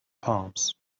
palms